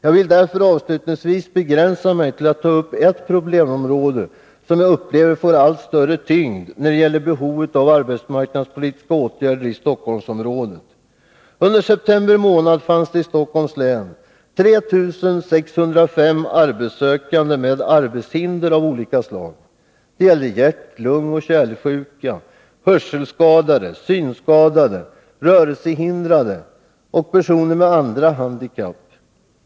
Avslutningvis begränsar jag mig därför till att ta upp ett problemområde som jag upplever får allt större tyngd när det gäller behovet av arbetsmarknadspolitiska åtgärder i Stockholmsområdet. Under september månad fanns det i Stockholms län 3 605 arbetssökande med arbetshinder av olika slag. Det gällde hjärt-, lungoch kärlsjuka, hörselskadade, synskadade, rörelsehindrade och personer med andra handikapp.